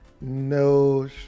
no